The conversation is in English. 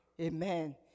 amen